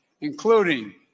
including